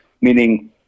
meaning